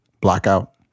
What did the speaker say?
Blackout